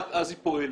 רק אז היא פועלת.